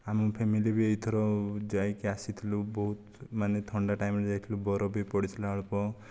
ଆମ ଫ୍ୟାମିଲି ବି ଏଥର ଯାଇକି ଆସିଥିଲୁ ବହୁତ ମାନେ ଥଣ୍ଡା ଟାଇମରେ ଯାଇଥିଲୁ ବରଫ ବି ପଡ଼ିଥିଲା ଅଳ୍ପ